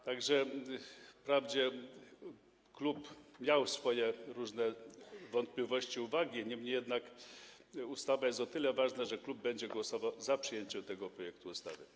Tak że klub wprawdzie miał swoje różne wątpliwości i uwagi, niemniej jednak ustawa jest na tyle ważna, że klub będzie głosował za przyjęciem tego projektu ustawy.